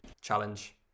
Challenge